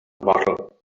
bottle